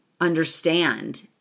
understand